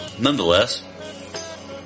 Nonetheless